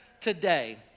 today